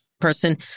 person